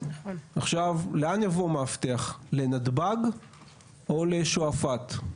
עכשיו, לאן יבוא מאבטח לנתב"ג או לשועפט?